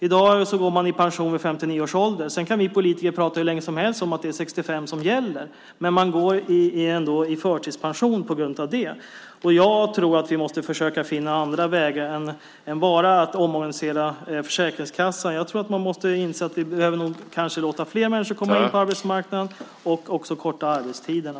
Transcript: I dag går man i pension vid 59 års ålder, och sedan kan vi politiker prata hur länge som helst om att det är 65 som gäller. Man går ändå i förtidspension. Jag tror att vi måste försöka finna andra vägar än att bara omorganisera Försäkringskassan. Vi måste inse att vi kanske behöver låta fler människor komma in på arbetsmarknaden, och också korta arbetstiderna.